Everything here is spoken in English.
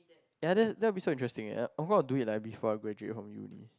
ya that that would be so interesting leh like I'm going to do it before I graduate from Uni